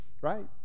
right